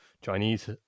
chinese